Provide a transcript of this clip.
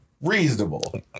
Reasonable